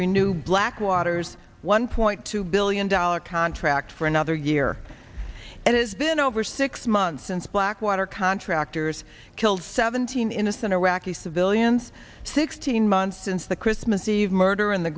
renew blackwater's one point two billion dollars contract for another year and it has been over six months since blackwater contractors killed seventeen innocent iraqi civilians sixteen months since the christmas eve murder